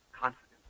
confidence